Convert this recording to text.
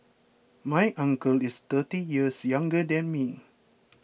my uncle is thirty years younger than me